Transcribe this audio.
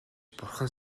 бурхан